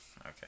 Okay